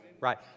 Right